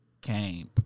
came